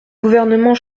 gouvernement